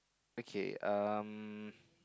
okay um